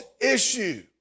issue